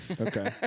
Okay